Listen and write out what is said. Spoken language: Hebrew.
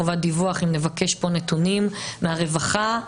אם נבקש פה נתונים מהרווחה,